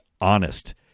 honest